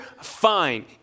fine